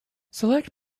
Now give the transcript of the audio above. selected